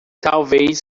talvez